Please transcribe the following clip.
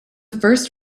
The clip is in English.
first